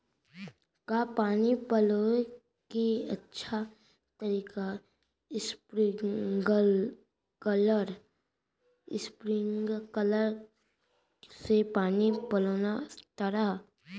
का पानी पलोय के अच्छा तरीका स्प्रिंगकलर से पानी पलोना हरय?